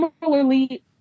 similarly